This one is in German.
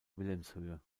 wilhelmshöhe